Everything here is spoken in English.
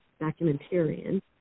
documentarian